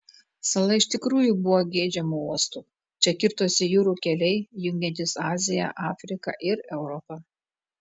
sala iš tikrųjų buvo geidžiamu uostu čia kirtosi jūrų keliai jungiantys aziją afriką ir europą